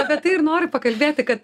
apie tai ir noriu pakalbėti kad